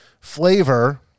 flavor